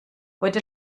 heute